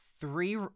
three